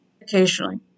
Occasionally